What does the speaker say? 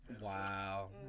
Wow